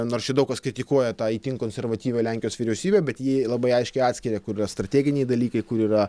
nors čia daug kas kritikuoja tą itin konservatyvią lenkijos vyriausybę bet ji labai aiškiai atskiria kur yra strateginiai dalykai kur yra